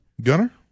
Gunner